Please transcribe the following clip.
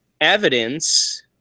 evidence